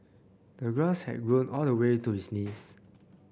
the grass had grown all the way to his knees